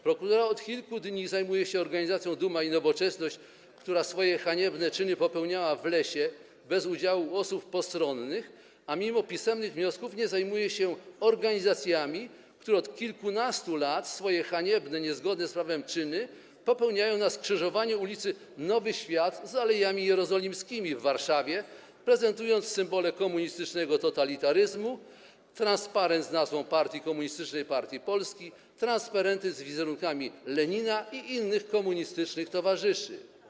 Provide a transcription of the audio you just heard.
Prokuratura od kilku dni zajmuje się organizacją Duma i Nowoczesność, która swoje haniebne czyny popełniała w lesie, bez udziału osób postronnych, a mimo pisemnych wniosków nie zajmuje się organizacjami, które od kilkunastu lat swoje haniebne, niezgodne z prawem czyny popełniają na skrzyżowaniu ul. Nowy Świat z Alejami Jerozolimskimi w Warszawie, prezentując symbole komunistycznego totalitaryzmu, transparent z nazwą partii Komunistycznej Partii Polski, transparenty z wizerunkami Lenina i innych komunistycznych towarzyszy.